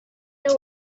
that